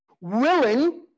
willing